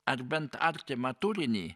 ar bent artimą turinį